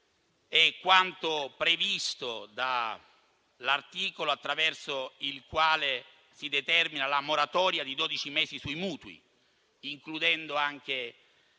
è quanto previsto dall'articolo 1, attraverso il quale si determina la moratoria di dodici mesi sui mutui, includendo anche